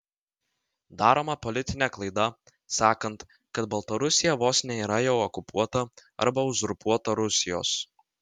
daroma politinė klaida sakant kad baltarusija vos ne yra jau okupuota arba uzurpuota rusijos